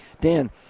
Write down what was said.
Dan